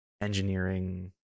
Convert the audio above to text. engineering